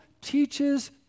teaches